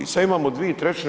I sad imamo 2/